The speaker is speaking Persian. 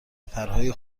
پرهای